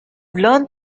learned